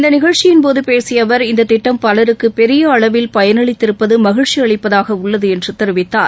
இந்த நிகழ்ச்சியின் போது பேசிய அவர் இந்த திட்டம் பலருக்கு பெரிய அளவில் பயனளித்திருப்பது மகிழ்ச்சி அளிப்பதாக உள்ளது என்று தெரிவித்தார்